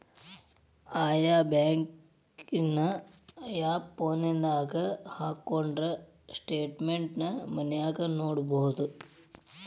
ಆಯಾ ಬ್ಯಾಂಕಿನ್ ಆಪ್ ಫೋನದಾಗ ಹಕ್ಕೊಂಡ್ರ ಸ್ಟೆಟ್ಮೆನ್ಟ್ ನ ಮನ್ಯಾಗ ನೊಡ್ಬೊದು